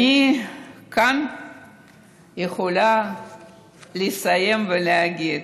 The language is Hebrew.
אני כאן יכולה לסיים ולהגיד: